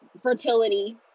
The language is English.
fertility